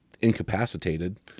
incapacitated